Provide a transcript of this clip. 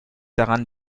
daran